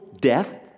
death